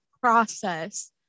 process